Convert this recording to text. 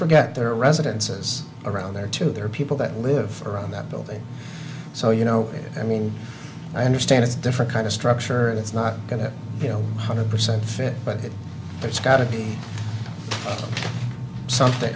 forget their residences around there too there are people that live around that building so you know i mean i understand it's different kind of structure and it's not going to feel one hundred percent fit but it it's got to be something